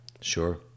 Sure